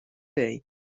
day